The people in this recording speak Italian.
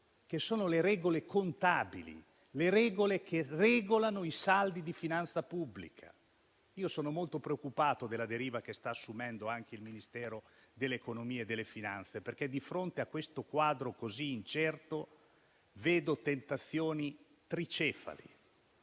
che sono le regole contabili, le norme che regolano i saldi di finanza pubblica. Io sono molto preoccupato della deriva che sta assumendo anche il Ministero dell'economia e delle finanze, perché di fronte a questo quadro così incerto vedo tentazioni tricefale,